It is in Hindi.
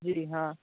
जी हाँ